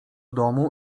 domu